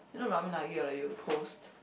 you know Ramen Nagi after that you post